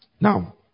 now